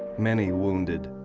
many wounded.